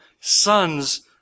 sons